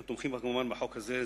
אנחנו תומכים, כמובן, בחוק הזה.